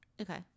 Okay